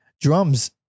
drums